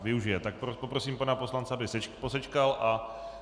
Využije, tak poprosím pana poslance, aby posečkal.